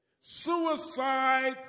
Suicide